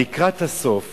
לקראת הסוף